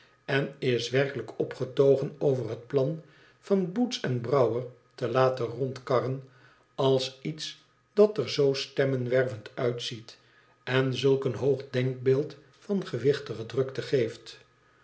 en is werkelijk opgetogen over het plan van boots en brouwer te laten rondkarren als iets dat er zoo stemmen wervend uitziet en zulk een hoog denkbeeld van gewichtige drukte geeft